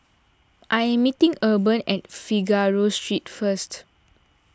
I am meeting Urban at Figaro Street first